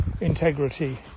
integrity